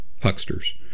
hucksters